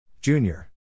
Junior